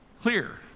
clear